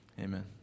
Amen